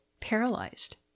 paralyzed